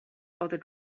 other